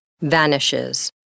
vanishes